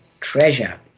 treasure